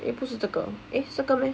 eh 不是这个 eh 是这个 meh